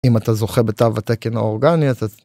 אם אתה זוכה בתו התקן האורגני אז.